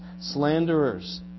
slanderers